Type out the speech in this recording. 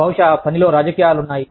బహుశా పనిలో రాజకీయాలు ఉన్నాయి